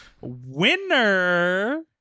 winner